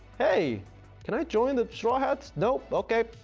hey can i join the straw hats? no? okay?